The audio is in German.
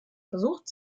versucht